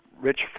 Rich